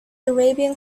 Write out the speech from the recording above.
arabian